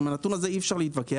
עם הנתון הזה אי-אפשר להתווכח.